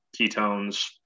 ketones